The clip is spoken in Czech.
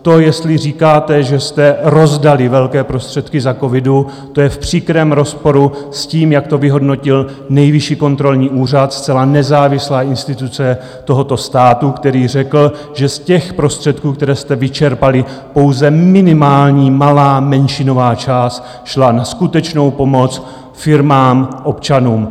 To, jestli říkáte, že jste rozdali velké prostředky za covidu, to je v příkrém rozporu s tím, jak to vyhodnotil Nejvyšší kontrolní úřad, zcela nezávislá instituce tohoto státu, který řekl, že z těch prostředků, které jste vyčerpali, pouze minimální, malá, menšinová část šla na skutečnou pomoc firmám, občanům.